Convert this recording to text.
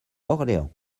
orléans